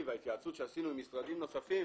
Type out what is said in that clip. וההתייעצות שעשינו עם משרדים נוספים,